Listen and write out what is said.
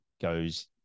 goes